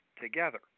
together